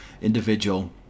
individual